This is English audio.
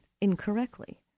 incorrectly